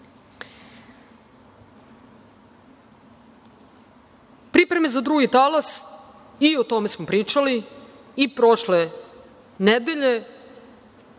rezultat. Pripreme za drugi talas, i o tome smo pričali i prošle nedelje,